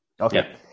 Okay